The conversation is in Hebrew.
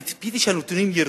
ציפיתי שהנתונים ירדו.